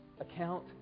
account